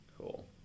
Cool